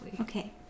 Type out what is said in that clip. Okay